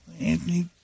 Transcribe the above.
Anthony